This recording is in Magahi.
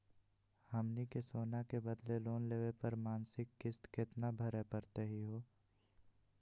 हमनी के सोना के बदले लोन लेवे पर मासिक किस्त केतना भरै परतही हे?